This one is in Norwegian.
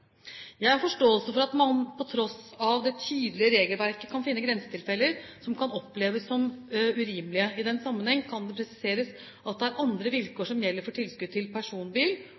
Jeg har forståelse for at man på tross av det tydelige regelverket kan finne grensetilfeller som kan oppleves som urimelige. I den sammenheng kan det presiseres at det er andre vilkår som gjelder for tilskudd til personbil,